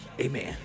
Amen